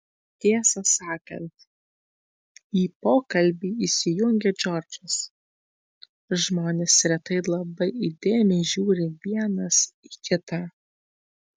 tiesą sakant į pokalbį įsijungė džordžas žmonės retai labai įdėmiai žiūri vienas į kitą